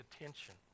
attention